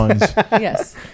Yes